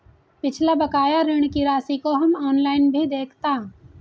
पिछला बकाया ऋण की राशि को हम ऑनलाइन भी देखता